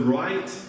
right